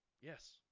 yes